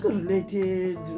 related